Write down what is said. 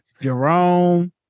Jerome